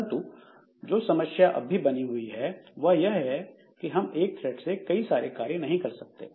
परंतु जो समस्या अब भी बनी हुई है वह यह है कि हम एक थ्रेड से कई सारे कार्य एक साथ नहीं कर सकते